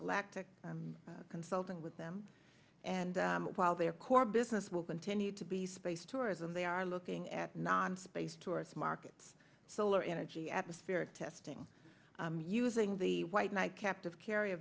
galactic consulting with them and while their core business will continue to be space tourism they are looking at non space tourist markets solar energy atmospheric testing using the white knight captive carry a